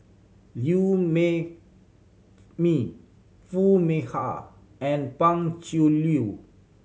Liew Mee Foo Mee Har and Pan Cheng Lui